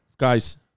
Guys